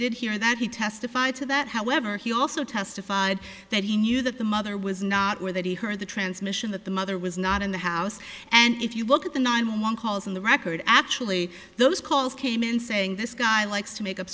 did hear that he testified to that however he also testified that he knew that the mother was not aware that he heard the transmission that the mother was not in the house and if you look at the nine one one calls on the record actually those calls came in saying this guy likes